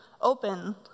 Open